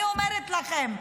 אני אומרת לכם,